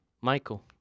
Michael